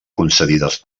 concedides